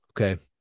Okay